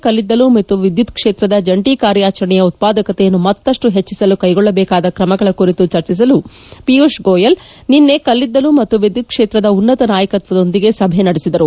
ಕಲ್ಲಿದ್ದಲು ಮತ್ತು ವಿದ್ಯುತ್ ಕ್ಷೇತ್ರದ ಜಂಟಿ ಕಾರ್ಯಾಚರಣೆಯ ಉತ್ಪಾದಕತೆಯನ್ನು ಮತ್ತಷ್ಟು ಪೆಚ್ಚಿಸಲು ಕೈಗೊಳ್ಳಬೇಕಾದ ತ್ರಮಗಳ ಕುರಿತು ಚರ್ಜೆಸಲು ಪಿಯೂಷ್ ಗೋಯಲ್ ನಿನ್ನೆ ಕಲ್ಲಿದ್ದಲು ಮತ್ತು ವಿದ್ಯುತ್ ಕ್ಷೇತ್ರದ ಉನ್ನತ ನಾಯಕತ್ವದೊಂದಿಗೆ ಸಭೆ ನಡೆಸಿದರು